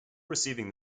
receiving